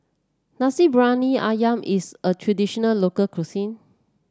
Nasi Briyani ayam is a traditional local cuisine